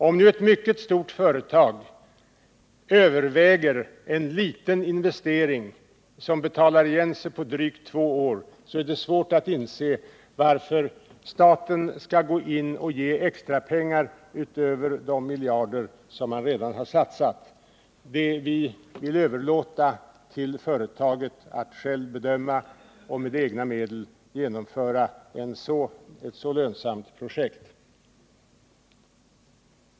Om ett mycket stort företag överväger en liten investering, som betalar igen sig på drygt två år, är det svårt att inse varför staten skall gå in och för det ändamålet ge extra pengar utöver de miljarder man redan satsat. Vi vill överlåta till företaget att självt bedöma och med egna medel genomföra ett så lönsamt projekt.